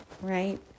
right